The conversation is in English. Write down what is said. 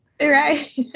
Right